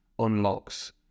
Unlocks